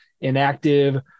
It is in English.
inactive